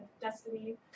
destiny